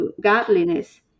godliness